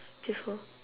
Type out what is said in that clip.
before